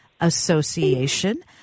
Association